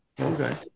okay